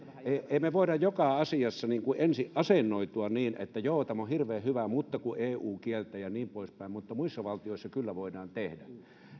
emme me voi joka asiassa ensin asennoitua niin että joo tämä on hirveän hyvä mutta kun eu kieltää ja niin poispäin muissa valtioissa kyllä voidaan tehdä